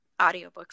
Audiobooks